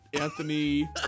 Anthony